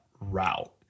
route